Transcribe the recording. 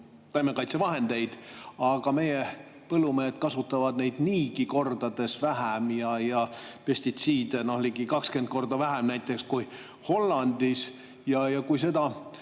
taimekaitsevahendeid. Aga meie põllumehed kasutavad neid niigi kordades vähem ja pestitsiide ligi 20 korda vähem kui näiteks Hollandis. Kui